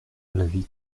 l’avis